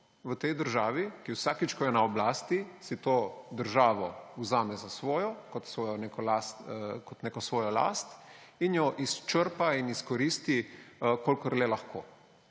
v tej državi, ki je vsakič, ko je na oblasti, si to državo vzame za svojo, kot svojo neko last, in jo izčrpa in izkoristi, kolikor le lahko.